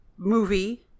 movie